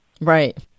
Right